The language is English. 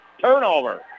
Turnover